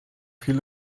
viel